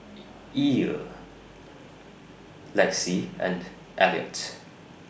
Ell Lexi and Eliot